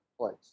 place